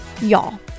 Y'all